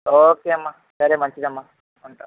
ఓకేమ్మా సరే మంచిదమ్మా ఉంటాను